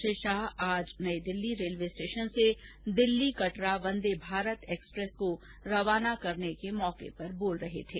श्री शाह आज Nai Delhi railway station से Delhi Katra Vande Bharat express को रवाना करने के बाद बोल रहे थे